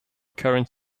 current